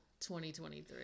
2023